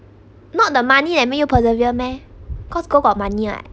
not the money eh make you persevere meh cause gold got money [what]